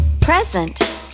Present